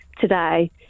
today